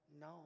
no